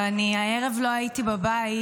ואני הערב לא הייתי בבית